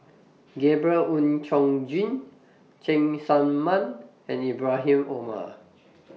Gabriel Oon Chong Jin Cheng Tsang Man and Ibrahim Omar